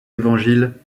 évangiles